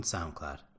SoundCloud